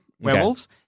werewolves